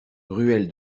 ruelle